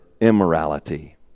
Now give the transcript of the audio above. immorality